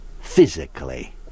physically